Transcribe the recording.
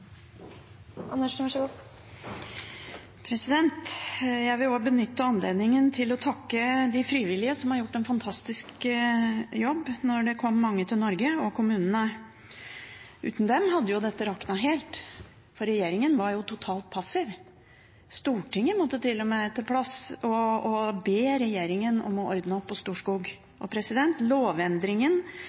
Jeg vil også benytte anledningen til å takke de frivillige, som har gjort en fantastisk jobb da det kom mange til Norge, og kommunene. Uten dem hadde dette raknet helt, for regjeringen var jo totalt passiv. Stortinget måtte til og med be regjeringen om å ordne opp på Storskog.